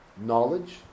knowledge